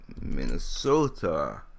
Minnesota